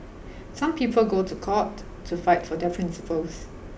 some people go to court to fight for their principles